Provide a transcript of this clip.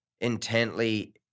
intently